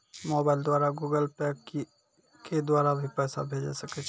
Mobile द्वारा Google Pay के द्वारा भी पैसा भेजै सकै छौ?